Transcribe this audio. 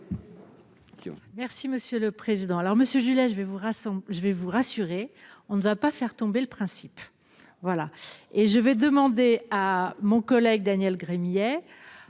Merci Monsieur le Président, alors monsieur Julien, je vais vous rassemble, je vais vous rassurer, on ne va pas faire tomber le principe voilà et je vais demander à mon collègue Daniel Gremillet